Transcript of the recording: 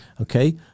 Okay